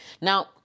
Now